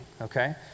okay